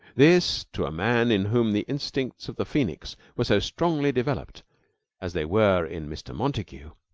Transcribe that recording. this, to a man in whom the instincts of the phoenix were so strongly developed as they were in mr. montague,